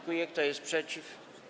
Kto jest przeciw?